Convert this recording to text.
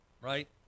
right